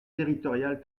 territorial